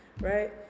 right